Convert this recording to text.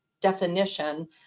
definition